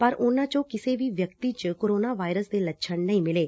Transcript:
ਪਰ ਉਨਾਂ ਚੋ ਕਿਸੇ ਵੀ ਵਿਅਕਤੀ ਚ ਕੋਰੋਨਾ ਵਾਇਰਸ ਦੇ ਲੱਛਣ ਨਹੀਂ ਮਿਲੇ